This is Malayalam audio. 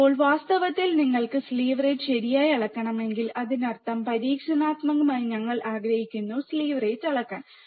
ഇപ്പോൾ വാസ്തവത്തിൽ നിങ്ങൾക്ക് സ്ലീവ് റേറ്റ് ശരിയായി അളക്കണമെങ്കിൽ അതിനർത്ഥം പരീക്ഷണാത്മകമായി ഞങ്ങൾ ആഗ്രഹിക്കുന്നു സ്ലീവ് നിരക്ക് അളക്കാൻ